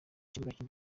bibuga